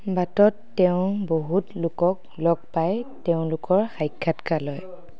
বাটত তেওঁ বহুত লোকক লগ পাই তেওঁলোকৰ সাক্ষাৎকাৰ লয়